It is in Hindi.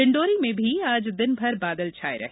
डिडौंरी में भी आज दिन भर बादल छाये रहे